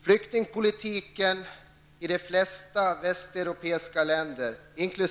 Flyktingpolitiken i de flesta västeuropeiska länder inkl.